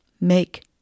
make